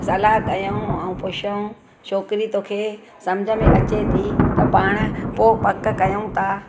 सलाह कयूं ऐं पुछूं छोकिरी तोखे सम्झ में अचे थी त पाण पोइ पकु कयूं था